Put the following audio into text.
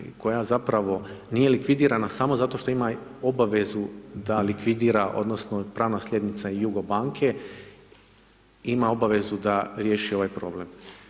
Dakle koja zapravo nije likvidirana, samo zato što ima obavezu da likvidira, odnosno, pravna slijednica Jugo banke ima obavezu da riješi ovaj problem.